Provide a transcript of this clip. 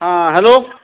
हां हॅलो